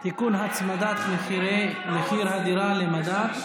(תיקון, הצמדת מחיר הדירה למדד),